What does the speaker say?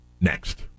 next